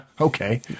okay